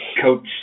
coach